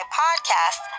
podcast